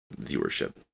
viewership